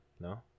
no